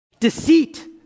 Deceit